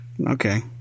Okay